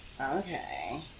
Okay